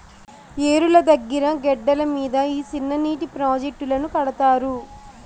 ఏరుల దగ్గిర గెడ్డల మీద ఈ సిన్ననీటి ప్రాజెట్టులను కడతారు